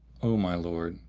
o my lord,